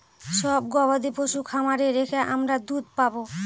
সব গবাদি পশু খামারে রেখে আমরা দুধ পাবো